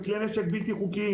כלי נשק בלתי-חוקיים".